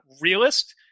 realist